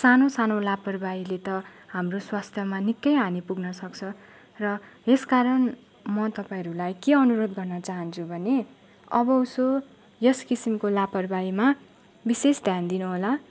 सानो सानो लापरवाहीले त हाम्रो स्वस्थ्यमा नै निकै हानी पुग्न सक्छ र यस कारण म तपाईँहरूलाई के अनुरोध गर्नु चाहान्छु भने अब उसो यस किसिमको लापरवाहीमा विशेष ध्यान दिनूहोला